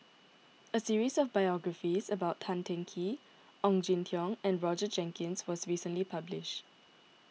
a series of biographies about Tan Teng Kee Ong Jin Teong and Roger Jenkins was recently published